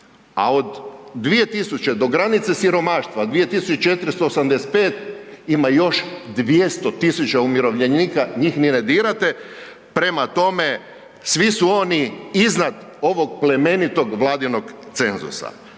a od 2.000 do granice siromaštva 2.485 ima još 200.000 umirovljenika njih ni ne dirate. Prema tome, svi su oni iznad ovog plemenitog vladinog cenzusa.